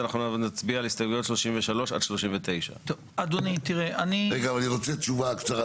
אנחנו נצביע על הסתייגויות 33 עד 39. אני רוצה תשובה קצרה,